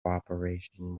cooperation